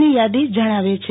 ની યાદી જણાવે છે